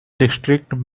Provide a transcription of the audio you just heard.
district